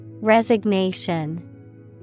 Resignation